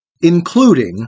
including